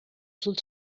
sul